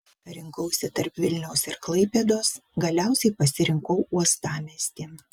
rinkausi tarp vilniaus ir klaipėdos galiausiai pasirinkau uostamiestį